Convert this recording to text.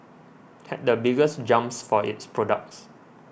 had the biggest jumps for its products